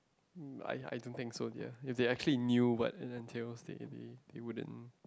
I I don't think so yeah if they actually knew what it entails they they they wouldn't